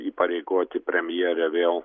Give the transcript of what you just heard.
įpareigoti premjerė vėl